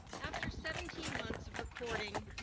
after seventeen months of recording,